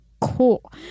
cool